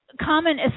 common